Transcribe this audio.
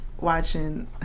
watching